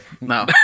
no